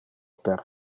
per